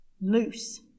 Loose